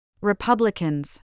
Republicans